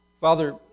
father